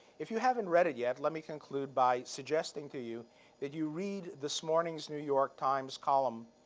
if you haven't read it yet, let me conclude by suggesting to you that you read this morning's new york times column,